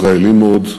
ישראלי מאוד.